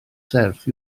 serth